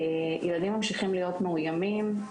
ילדים ממשיכים להיות מאוימים,